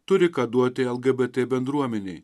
turi ką duoti lgbt bendruomenei